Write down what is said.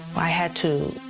i had to